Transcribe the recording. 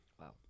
Wow